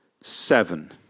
seven